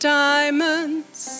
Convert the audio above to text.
diamonds